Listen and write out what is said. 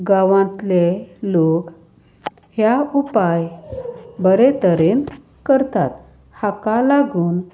गांवांतले लोक ह्या उपाय बरे तरेन करतात हाका लागून